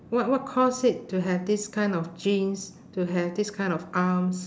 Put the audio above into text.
what what cause it to have this kind of genes to have this kind of arms